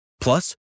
Plus